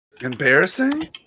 Embarrassing